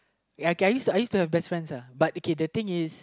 ya okay I used to I used to have best friends ah but okay the thing is